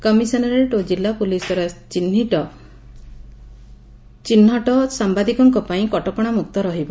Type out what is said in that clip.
commissionerate ଓ ଜିଲ୍ଲା police ଦ୍ୱାରା ଚିହିତ ସାମ୍ଘାଦିକଙ୍କ ପାଇଁ କଟକଶାମୁକ୍ତ ରହିବ